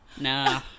Nah